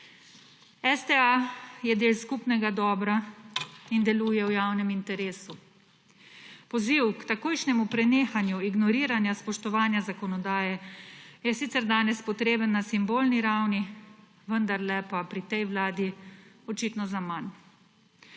STA je del skupnega dobra in deluje v javnem interesu. Poziv k takojšnjemu prenehanju ignoriranja spoštovanja zakonodaje je sicer danes potreben na simbolni ravni, vendarle pa pri tej vladi očitno zaman.